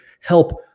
help